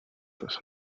this